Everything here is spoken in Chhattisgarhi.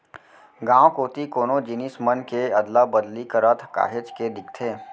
गाँव कोती कोनो जिनिस मन के अदला बदली करत काहेच के दिखथे